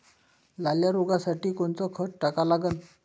लाल्या रोगासाठी कोनचं खत टाका लागन?